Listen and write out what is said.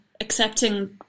accepting